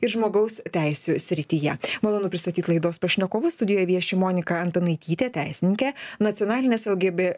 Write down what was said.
ir žmogaus teisių srityje malonu pristatyt laidos pašnekovus studijoje vieši monika antanaitytė teisininkė nacionalinės lgb